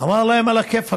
אמר להם: עלא כיפאק.